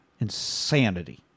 Insanity